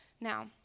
now